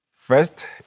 First